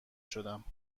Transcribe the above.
شدم